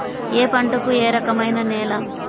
ఏ పంటకు ఏ రకమైన నేల?